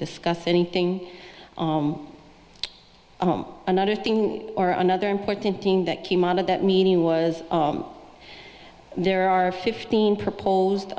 discuss anything home another thing or another important thing that came out of that meeting was there are fifteen proposed